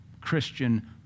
Christian